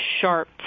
sharp